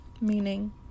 meaning